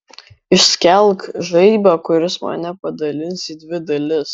išskelk žaibą kuris mane padalins į dvi dalis